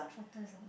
trotters ah